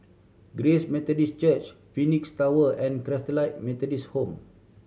Grace Methodist Church Phoenix Tower and Christalite Methodist Home